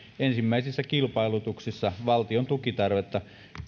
ensimmäisissä kilpailutuksissa valtiontukitarvetta